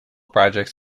projects